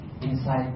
Inside